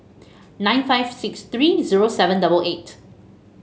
nine five six three zero seven double eight